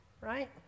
right